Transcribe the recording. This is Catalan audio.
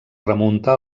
remunta